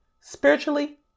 spiritually